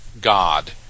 God